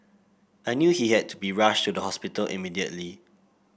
I knew he had to be rushed to the hospital immediately